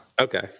Okay